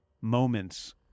moments